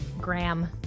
Graham